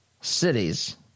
cities